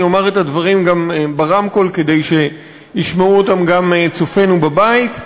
אני אומר את הדברים גם ברמקול כדי שישמעו אותם גם צופינו בבית.